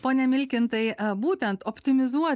pone milkintai būtent optimizuoti